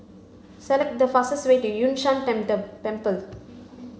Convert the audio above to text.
select the fastest way to Yun Shan Temple